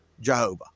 Jehovah